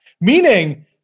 Meaning